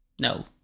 no